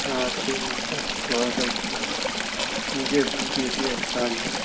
آ ٹھیٖک بَس دُعا دُعایہِ خٲر یہِ بہتھٕے ٲسۍ کامے